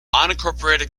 unincorporated